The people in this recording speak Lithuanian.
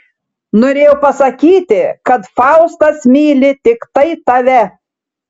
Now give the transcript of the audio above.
norėjau pasakyti kad faustas myli tiktai tave